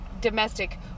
domestic